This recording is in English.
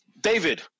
David